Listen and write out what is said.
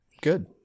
Good